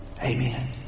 Amen